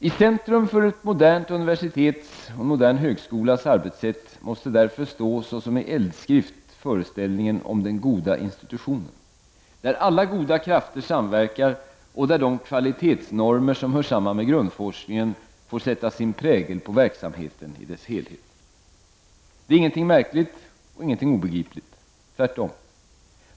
I centrum för ett modernt universitets och en modern högskolas arbetssätt måste därför stå såsom i eldskrift föreställningen om den goda institutionen, där alla goda krafter samverkar och där de kvalitetsnormer som hör samman med grundforskningen får sätta sin prägel på verksamheten i dess helhet. Det är ingenting märkligt och ingenting obegripligt, tvärtom.